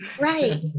Right